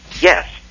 yes